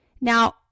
Now